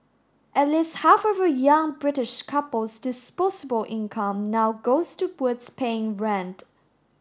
at least half of a young British couple's disposable income now goes towards paying rent